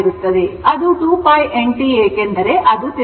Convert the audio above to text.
ಅದು 2 π n t ಏಕೆಂದರೆ ಅದು ತಿರುಗುತ್ತಿದೆ